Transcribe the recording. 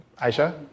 Aisha